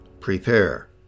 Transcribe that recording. Prepare